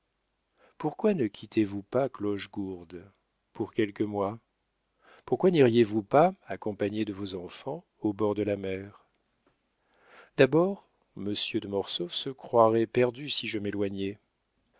pourquoi ne quittez vous pas clochegourde pour quelques mois pourquoi niriez vous pas accompagnée de vos enfants au bord de la mer d'abord monsieur de mortsauf se croirait perdu si je m'éloignais